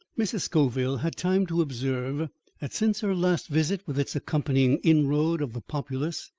mrs. scoville had time to observe that since her last visit with its accompanying inroad of the populace,